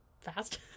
fast